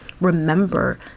remember